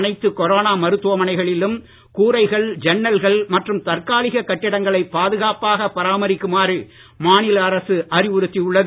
அனைத்து கொரோனா மருத்துவமனைகளிலும் கூரைகள் ஜன்னல்கள் மற்றும் தற்காலிக கட்டிடங்களை பாதுகாப்பாக பராமரிக்குமாறு மாநில அரசு அறிவுறுத்தி உள்ளது